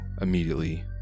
immediately